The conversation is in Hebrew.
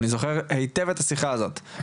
אני זוכר היטב את השיחה הזאת.